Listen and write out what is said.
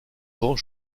grands